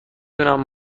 دونم